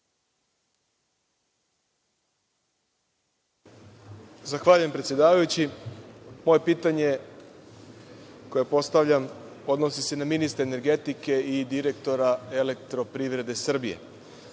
Zahvaljujem predsedavajući. Moje pitanje koje postavljam, odnosi se na ministra energetike i direktora EPS.Juče